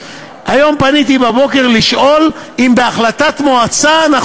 היום בבוקר פניתי לשאול אם בהחלטת מועצה אנחנו